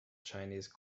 chinese